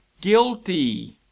Guilty